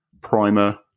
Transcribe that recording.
Primer